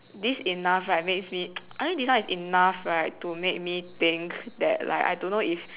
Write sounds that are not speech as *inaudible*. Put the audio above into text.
this enough right makes me *noise* I mean this one is enough right to make me think that like I don't know if